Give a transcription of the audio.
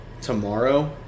tomorrow